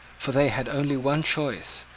for they had only one choice,